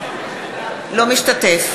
אינו משתתף